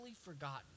forgotten